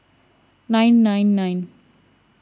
nine nine nine